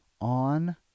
on